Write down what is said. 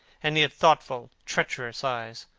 and he had thoughtful, treacherous eyes.